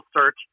search